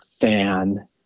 fan